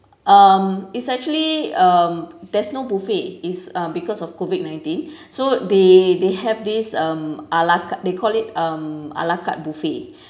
um it's actually um there's no buffet it's uh because of COVID nineteen so they they have this um a la carte they call it um a la carte buffet